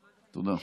תודה.